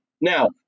Now